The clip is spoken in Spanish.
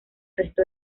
resto